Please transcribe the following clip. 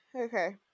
Okay